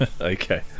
Okay